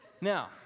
Now